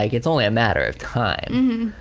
like it's only a matter of time.